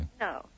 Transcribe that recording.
No